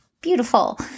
beautiful